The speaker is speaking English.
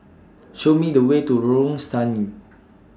Show Me The Way to Lorong Stangee